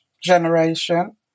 generation